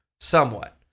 Somewhat